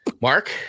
mark